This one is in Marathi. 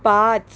पाच